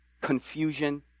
confusion